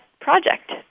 project